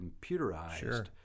computerized